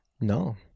No